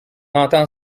entend